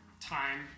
time